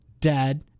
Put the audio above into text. dad